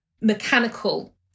mechanical